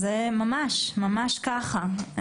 זה ממש ככה.